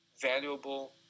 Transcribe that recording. valuable